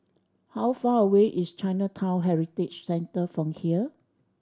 how far away is Chinatown Heritage Centre from here